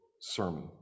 Sermon